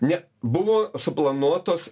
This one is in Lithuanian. ne buvo suplanuotos